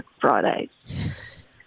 Fridays